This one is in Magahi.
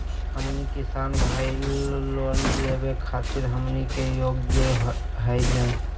हमनी किसान भईल, लोन लेवे खातीर हमनी के योग्य हई नहीं?